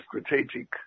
strategic